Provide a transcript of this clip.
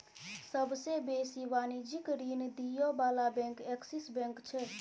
सबसे बेसी वाणिज्यिक ऋण दिअ बला बैंक एक्सिस बैंक छै